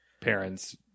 parents